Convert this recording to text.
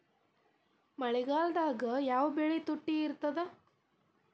ಮಳೆಗಾಲದಾಗ ಯಾವ ಬೆಳಿ ತುಟ್ಟಿ ಇರ್ತದ?